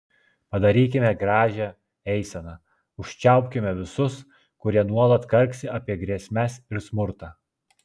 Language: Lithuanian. padarykime gražią eiseną užčiaupkime visus kurie nuolat karksi apie grėsmes ir smurtą